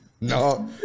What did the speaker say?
No